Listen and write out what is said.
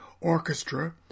Orchestra